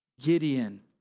Gideon